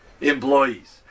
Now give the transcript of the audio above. employees